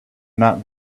not